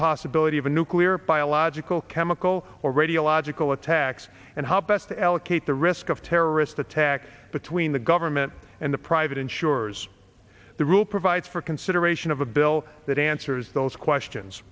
possibility of a nuclear biological chemical or radiological attacks and how best to allocate the risk of terrorist attack between the government and the private insurers the rule provides for consideration of a bill that answers those questions